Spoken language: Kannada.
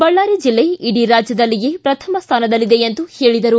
ಬಳ್ಳಾರಿ ಜಿಲ್ಲೆ ಇಡೀ ರಾಜ್ಯದಲ್ಲಿಯೇ ಶ್ರಥಮ ಸ್ಥಾನದಲ್ಲಿದೆ ಎಂದು ಹೇಳಿದರು